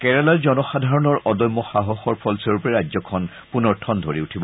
কেৰালাৰ জনসাধাৰণৰ অদম্য সাহসৰ ফলস্বন্ধপে ৰাজ্যখন পুনৰ ঠন ধৰি উঠিব